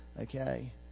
Okay